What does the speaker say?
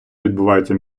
відбувається